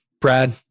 Brad